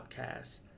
podcast